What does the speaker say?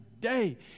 day